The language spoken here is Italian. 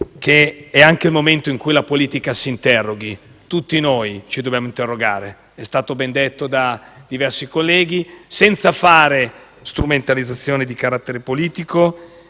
che è anche il momento in cui la politica deve interrogarsi. Tutti noi ci dobbiamo interrogare - è stato ben detto da diversi colleghi - senza fare strumentalizzazioni di carattere politico